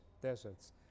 deserts